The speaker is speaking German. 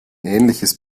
ähnliches